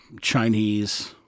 Chinese